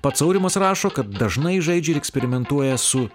pats aurimas rašo kad dažnai žaidžia ir eksperimentuoja su